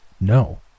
no